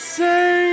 say